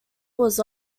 was